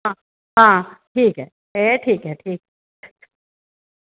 आं एह् ठीक ऐ एह् ठीक ऐ